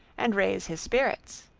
and raise his spirits.